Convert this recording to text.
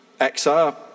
XR